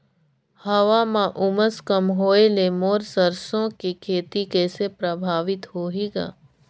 हवा म उमस कम होए ले मोर सरसो के खेती कइसे प्रभावित होही ग?